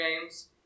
Games